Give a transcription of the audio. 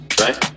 right